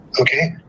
Okay